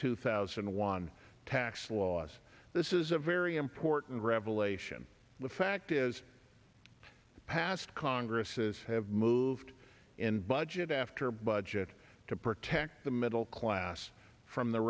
two thousand and one tax laws this is a very important revelation the fact is the past congresses have moved in budget after budget to protect the middle class from the